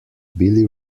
billy